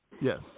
Yes